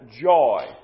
Joy